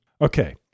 Okay